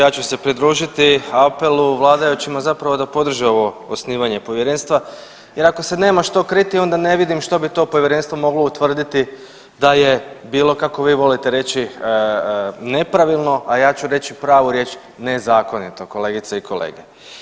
Ja ću se pridružiti apelu vladajućima zapravo da podrže ovo osnivanje povjerenstva, jer ako se nema što kriti onda ne vidim što bi to povjerenstvo moglo utvrditi da je bilo kako vi volite reći nepravilno, a ja ću reći pravu riječ nezakonito kolegice i kolege.